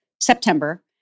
September